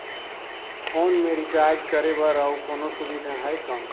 Phone मे recharge करे बर और कोनो सुविधा है कौन?